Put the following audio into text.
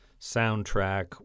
soundtrack